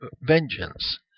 vengeance